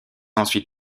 ensuite